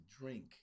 drink